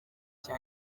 cya